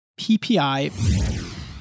PPI